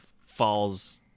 falls